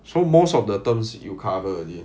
so most of the terms you cover already